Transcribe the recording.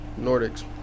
Nordics